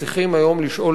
צריכים היום לשאול את עצמנו: